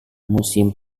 musim